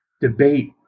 debate